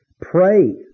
Pray